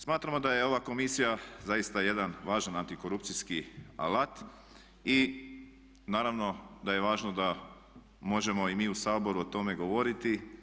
Smatramo da je ova Komisija zaista jedan važan antikorupcijski alat i naravno da je važno da možemo i mi u Saboru o tome govoriti.